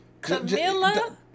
Camilla